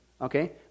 Okay